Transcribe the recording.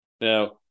Now